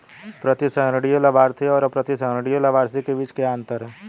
प्रतिसंहरणीय लाभार्थी और अप्रतिसंहरणीय लाभार्थी के बीच क्या अंतर है?